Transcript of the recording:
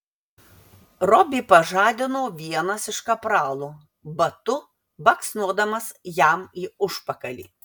robį pažadino vienas iš kapralų batu baksnodamas jam į užpakalį